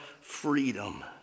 freedom